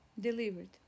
Delivered